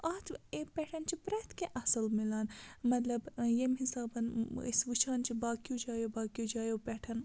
اَتھ ایٚپہِ پٮ۪ٹھ چھِ پرٛٮ۪تھ کیٚنٛہہ اَصٕل مِلان مطلب ییٚمہِ حِسابَن أسۍ وٕچھان چھِ باقیو جایو باقیو جایو پٮ۪ٹھ